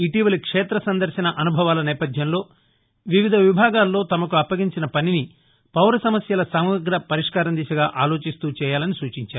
ఇటీవలి క్షేత సందర్శన అనుభవాల నేపథ్యంలో వివిధ విభాగాల్లో తమకు అప్పగించిన పనిని పౌర సమస్యల సమగ్ర పరిష్కారం దిశగా ఆలోచిస్తూ చేయాలని సూచించారు